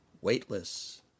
Weightless